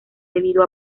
debido